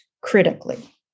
critically